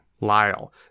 Lyle